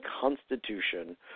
constitution